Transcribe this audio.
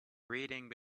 reading